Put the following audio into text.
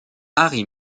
harry